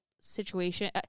situation